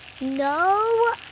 No